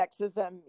sexism